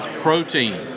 Protein